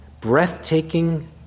Breathtaking